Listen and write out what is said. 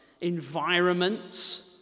environments